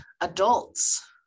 adults